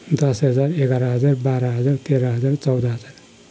दस हजार एघार हजार बाह्र हजार तेह्र हजार चौध हजार